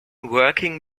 working